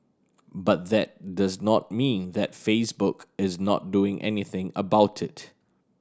but that does not mean that Facebook is not doing anything about it